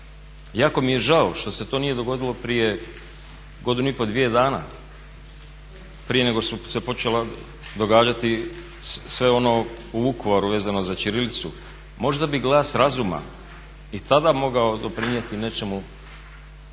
jako mi je žao što se to nije dogodilo prije godinu i pol, dvije dana, prije nego su se počela događati sve ono u Vukovaru vezano za ćirilicu. Možda bi glas razuma i tada mogao doprinijeti nečemu